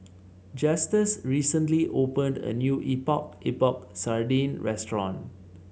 Justus recently opened a new Epok Epok Sardin restaurant